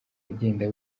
agenda